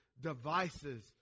devices